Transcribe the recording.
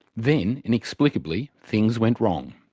then, inexplicably, things went wrong.